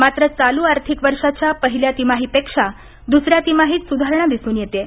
मात्र चालू आर्थिक वर्षाच्या पहिल्या तिमाहीपेक्षा दुसऱ्या तिमाहीत सुधारणा दिसून येत आहे